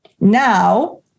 now